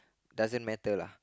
doesn't matter lah